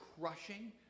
crushing